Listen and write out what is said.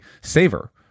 saver